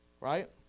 right